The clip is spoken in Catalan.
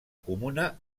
comuna